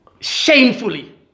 Shamefully